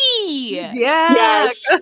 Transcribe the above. Yes